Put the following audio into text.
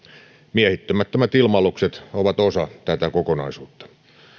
miehittämättömät ilma alukset ovat osa tätä kokonaisuutta